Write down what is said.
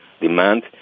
demand